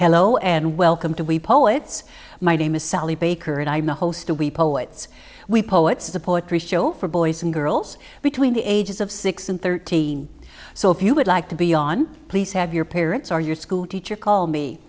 hello and welcome to be poets my name is sally baker and i'm the host of we poets we poets is a poetry show for boys and girls between the ages of six and thirteen so if you would like to be on please have your parents or your school teacher call me